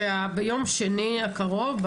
שביום שני הקרוב,